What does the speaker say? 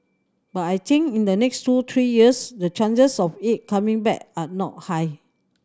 but I think in the next two three years the chances of it coming back are not high